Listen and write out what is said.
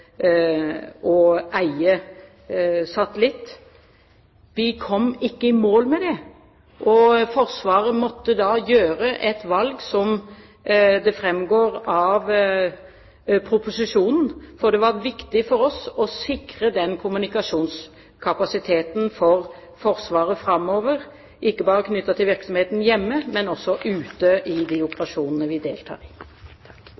eie satellitt. Vi kom ikke i mål med det, og Forsvaret måtte da gjøre et valg, som det framgår av proposisjonen, for det var viktig for oss å sikre den kommunikasjonskapasiteten for Forsvaret framover, ikke bare knyttet til virksomheten hjemme, men også knyttet til de operasjonene vi deltar i